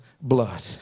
blood